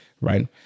right